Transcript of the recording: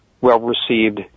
well-received